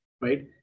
right